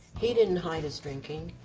he didn't hide his drinking.